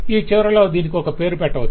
ఈ చివరలో దీనికి ఒక పేరు పెట్టవచ్చు